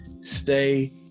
Stay